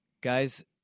Guys